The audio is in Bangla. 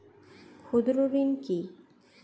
ক্ষুদ্র ঋণ কি?